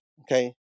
okay